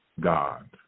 God